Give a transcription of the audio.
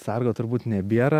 sargo turbūt nebėra